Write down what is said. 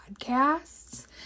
Podcasts